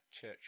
Church